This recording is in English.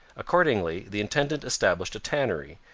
accordingly the intendant established a tannery,